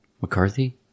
McCarthy